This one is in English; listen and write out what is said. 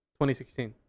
2016